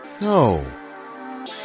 No